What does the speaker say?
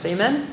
Amen